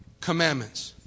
commandments